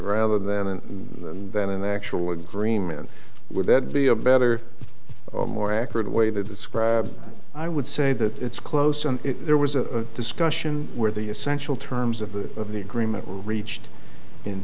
rather than and then an actual agreement would that be a better more accurate way to describe i would say that it's close and there was a discussion where the essential terms of the of the agreement reached in